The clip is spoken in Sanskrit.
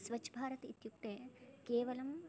स्वच्छभारत् इत्युक्ते केवलं